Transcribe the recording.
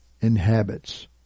inhabits